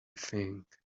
think